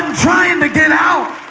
trying to get out.